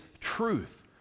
truth